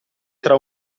tra